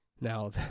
Now